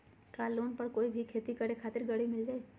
का लोन पर कोई भी खेती करें खातिर गरी मिल जाइ?